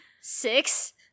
six